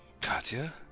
Katya